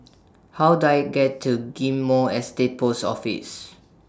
How Do I get to Ghim Moh Estate Post Office